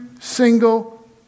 single